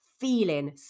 feeling